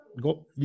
go